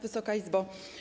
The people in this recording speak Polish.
Wysoka Izbo!